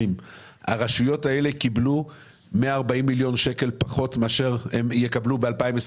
הרשויות האלה קיבלו 140 מיליון שקלים פחות מאשר הן יקבלו ב-2021?